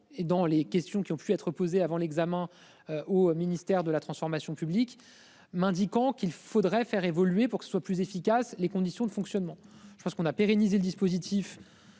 et dans les questions qui ont pu être posées avant l'examen ou au ministère de la transformation publique m'indiquant qu'il faudrait faire évoluer pour que ce soit plus efficace. Les conditions de fonctionnement. Je pense qu'on a pérennisé le dispositif.